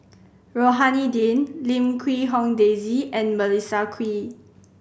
Rohani Din Lim Quee Hong Daisy and Melissa Kwee